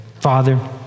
Father